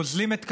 גוזלים את כספם,